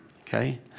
Okay